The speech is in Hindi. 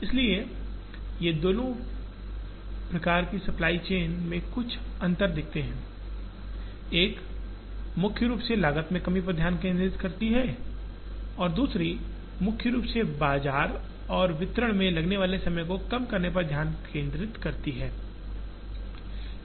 हम इन दोनों प्रकार की सप्लाई चेन में कुछ अंतर देखते हैं एक मुख्य रूप से लागत में कमी पर ध्यान केंद्रित करती है और दूसरी मुख्य रूप से वितरण और बाजार में लगने वाले समय को कम करने पर ध्यान केंद्रित करती है